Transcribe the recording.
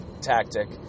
tactic